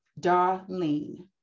Darlene